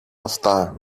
αυτά